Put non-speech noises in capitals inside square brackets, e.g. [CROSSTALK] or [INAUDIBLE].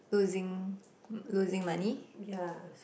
losing losing money [BREATH]